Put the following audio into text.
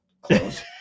close